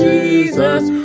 Jesus